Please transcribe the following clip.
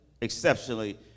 exceptionally